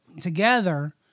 together